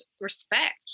respect